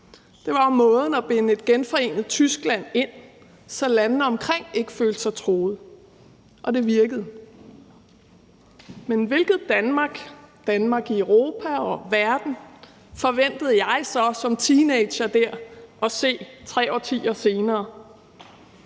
Det var måden at binde et genforenet Tyskland ind, så landene omkring ikke følte sig truet, og det virkede. Men hvilket Danmark, Danmark i Europa og i verden, forventede jeg så som teenager der at se tre årtier senere?